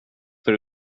för